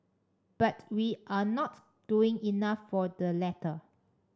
but we are not doing enough for the latter